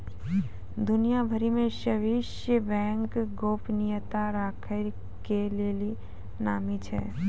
दुनिया भरि मे स्वीश बैंक गोपनीयता राखै के लेली नामी छै